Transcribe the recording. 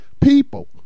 people